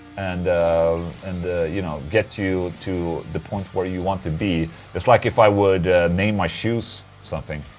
and and you know, get you to the point where you want to be it's like if i would name my shoes something.